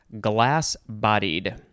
glass-bodied